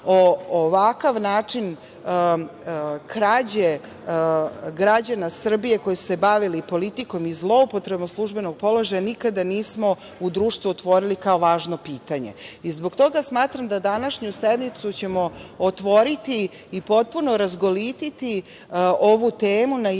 ovakav način krađe građana Srbije koji su se bavili politikom i zloupotrebom službenog položaja nikada nismo u društvu otvorili kao važno pitanje. Zbog toga smatram da današnju sednicu ćemo otvoriti i potpuno razgoliti ovu temu na jedan